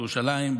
בירושלים,